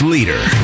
Leader